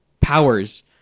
powers